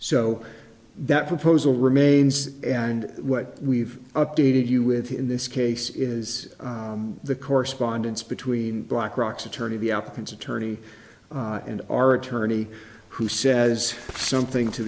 so that proposal remains and what we've updated you with in this case is the correspondence between black rocks attorney the options attorney and our attorney who says something to